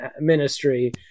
Ministry